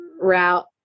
route